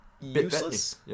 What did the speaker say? useless